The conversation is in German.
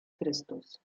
christus